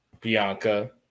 Bianca